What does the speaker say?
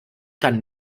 kann